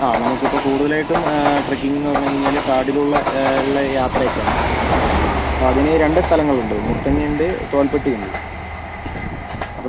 ആ നമുക്കിപ്പം കൂടുതലായിട്ടും ട്രക്കിംഗ് എന്ന് പറഞ്ഞുകഴിഞ്ഞാൽ കാടിലുള്ള ഉള്ള യാത്ര ഒക്കെയാണ് അപ്പം അതിന് രണ്ട് സ്ഥലങ്ങൾ ഉണ്ട് മുത്തങ്ങ ഉണ്ട് തോൽപ്പെട്ടി ഉണ്ട് അപ്പം